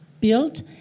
built